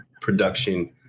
production